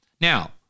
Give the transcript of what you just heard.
Now